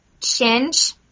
change